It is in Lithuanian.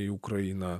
į ukrainą